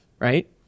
Right